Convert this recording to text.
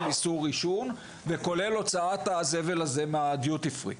איסור עישון וכלל הוצאת הזבל הזה מהדיוטי פרי.